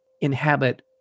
inhabit